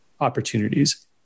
opportunities